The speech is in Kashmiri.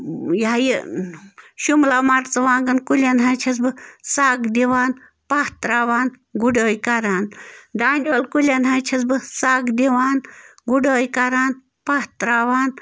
یہِ ہَہ یہِ شُملا مَرژٕوانٛگَن کُلٮ۪ن حظ چھَس بہٕ سَگ دِوان پاہ ترٛاوان گُڈٲے کَران دانہِ وَل کُلٮ۪ن حظ چھَس بہٕ سَگ دِوان گُڈٲے کران پاہ ترٛاوان